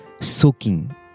soaking